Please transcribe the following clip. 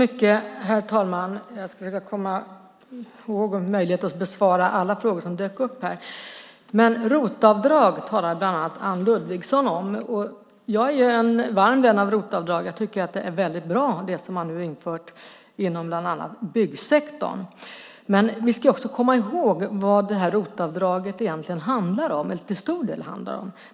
Herr talman! Jag hoppas komma ihåg och få möjlighet att besvara alla de frågor som dök upp här. ROT-avdrag talar Anne Ludvigsson bland annat om. Jag är en varm vän av ROT-avdrag. Jag tycker att det som man har infört inom bland annat byggsektorn är väldigt bra. Men vi ska också komma ihåg vad ROT-avdraget till stor del handlar om.